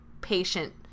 patient